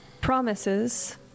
promises